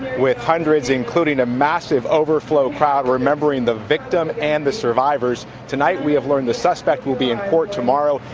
with hundreds including a massive overflow crowd remembering the victim and the survivors, tonight we have learned the suspect will be in court tomorrow.